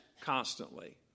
constantly